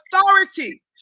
authority